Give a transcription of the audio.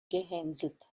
gehänselt